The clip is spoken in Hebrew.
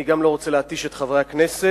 אני גם לא רוצה להתיש את חברי הכנסת,